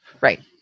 Right